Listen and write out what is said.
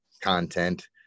content